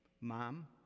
mom